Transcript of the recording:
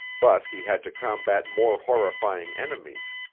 but he had to combat more horrifying enemies,